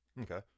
okay